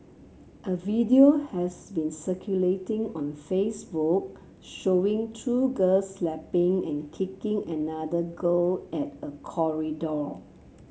a video has been circulating on Facebook showing two girls slapping and kicking another girl at a corridor